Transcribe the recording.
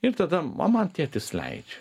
ir tada o man tėtis leidžia